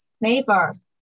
neighbors